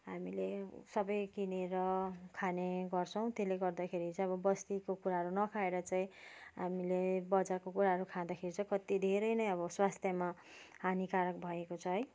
हामीले सबै किनेर खाने गर्छौँ त्यसले गर्दाखेरि चाहिँ अब बस्तीको कुराहरू नखाएर चाहिँ हामीले बजारको कुराहरू खाँदाखेरि चाहिँ कति धेरै नै अब स्वास्थ्यमा हानिकारक भएको छ है